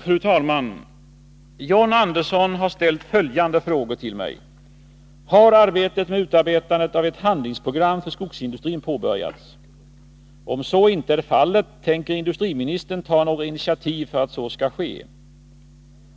Fru talman! John Andersson har ställt följande frågor till mig: 2. Om så inte är fallet, tänker industriministern ta några initiativ för att så skall ske? 3.